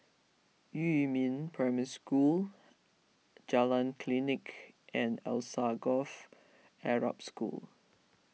Yumin Primary School Jalan Klinik and Alsagoff Arab School